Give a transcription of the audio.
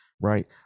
right